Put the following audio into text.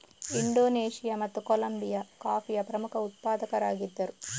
Indonesia ಮತ್ತು Colombia ಕಾಫಿಯ ಪ್ರಮುಖ ಉತ್ಪಾದಕರಾಗಿದ್ದರು